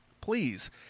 Please